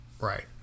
Right